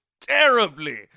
terribly